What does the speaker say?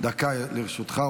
דקה לרשותך.